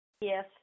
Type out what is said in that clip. Yes